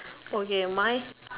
okay mine